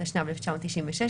התשנ"ו-1996,